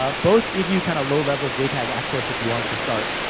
ah both give you, kinda, low-level jtag access, if you wanted to start